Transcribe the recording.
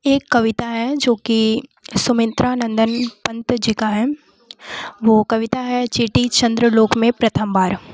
एक कविता है जो कि सुमित्रानंदन पन्त जी का है वो कविता है चींटी चन्द्र लोक में प्रथम बार